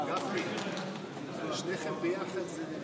שהחיינו וקיימנו והגיענו לזמן הזה.